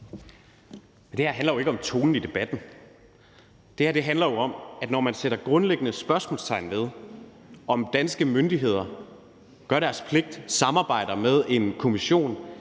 Det her handler jo ikke om tonen i debatten. Det her handler om, at når man sætter grundlæggende spørgsmålstegn ved, om danske myndigheder gør deres pligt, samarbejder med en kommission,